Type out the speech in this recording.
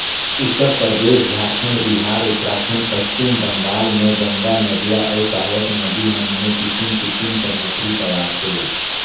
उत्तरपरदेस, झारखंड, बिहार, उत्तराखंड, पच्छिम बंगाल में गंगा नदिया अउ सहाएक नदी मन में किसिम किसिम कर मछरी पवाथे